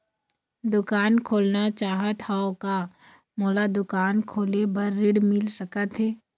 दुकान खोलना चाहत हाव, का मोला दुकान खोले बर ऋण मिल सकत हे?